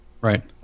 right